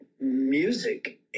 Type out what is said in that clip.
music